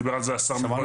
דיבר על זה השר מקודם.